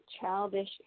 childish